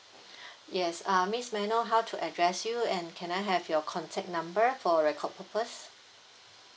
yes uh miss may I know how to address you and can I have your contact number for record purpose